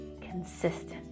consistent